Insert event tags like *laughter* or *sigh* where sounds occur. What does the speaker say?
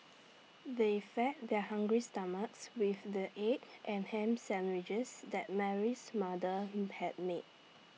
they fed their hungry stomachs with the egg and Ham Sandwiches that Mary's mother *hesitation* had made